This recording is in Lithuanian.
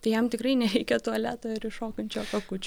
tai jam tikrai nereikia tualeto ir iššokančio kakučio